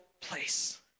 place